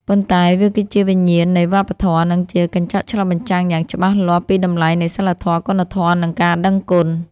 ប៉ុន្តែវាគឺជាវិញ្ញាណនៃវប្បធម៌ និងជាកញ្ចក់ឆ្លុះបញ្ចាំងយ៉ាងច្បាស់លាស់ពីតម្លៃនៃសីលធម៌ គុណធម៌ និងការដឹងគុណ។